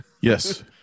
Yes